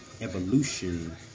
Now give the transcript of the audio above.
evolution